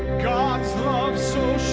god's love so